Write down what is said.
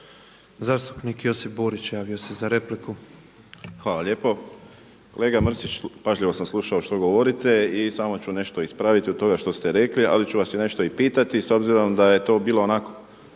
Zastupnik Josip Borić javio se za repliku. petrov **Borić, Josip (HDZ)** Hvala lijepo. Kolega Mrsić pažljivo sam slušao što govorite i samo ću nešto ispraviti od toga što ste rekli, ali ću vas nešto i pitati. S obzirom da je to bilo onako